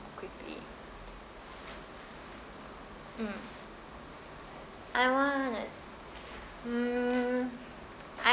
quickly mm I want mm I